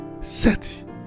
Set